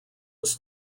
was